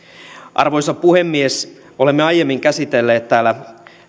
arvoisa puhemies olemme aiemmin käsitelleet täällä